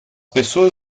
pessoas